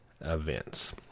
events